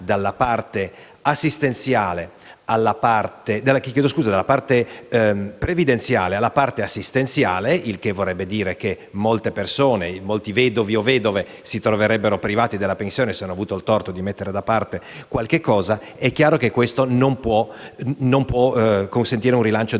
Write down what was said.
dalla parte previdenziale alla parte assistenziale, il che vorrebbe dire che molte persone, vedovi o vedove, si troverebbero privati della pensione se hanno avuto il torto di mettere da parte qualcosa e chiaramente ciò non può consentire un rilancio dei consumi.